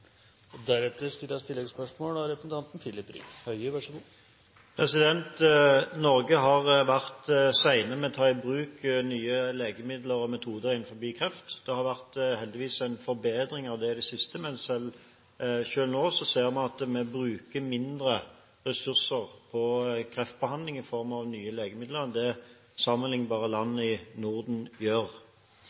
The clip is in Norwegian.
Høie – til oppfølgingsspørsmål. Norge har vært sen med å ta i bruk nye legemidler og metoder innenfor kreft. Det har heldigvis vært en forbedring av dette i det siste, men selv nå ser vi at vi bruker mindre ressurser på kreftbehandling i form av nye legemidler enn det sammenlignbare land i Norden gjør.